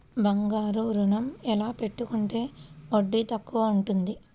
బంగారు ఋణం ఎలా పెట్టుకుంటే వడ్డీ తక్కువ ఉంటుంది?